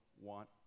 want